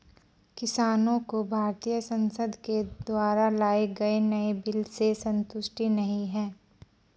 किसानों को भारतीय संसद के द्वारा लाए गए नए बिल से संतुष्टि नहीं है